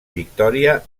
victòria